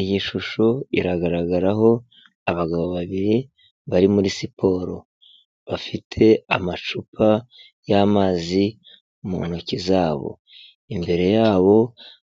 Iyi shusho iragaragaraho abagabo babiri bari muri siporo. Bafite amacupa y'amazi mu ntoki zabo. Imbere yabo